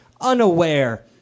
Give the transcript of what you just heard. unaware